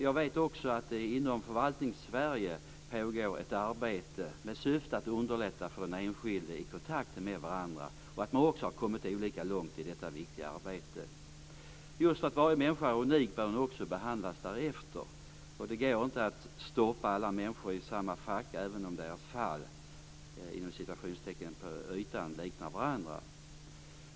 Jag vet också att det inom Förvaltningssverige pågår ett arbete med syfte att underlätta för den enskilde i kontakten med myndigheter och att man har kommit olika långt i detta viktiga arbete. Just för att varje människa är unik bör hon också behandlas därefter. Det går inte att stoppa alla människor i samma fack, även om deras fall på ytan liknar varandra.